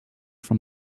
from